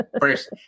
First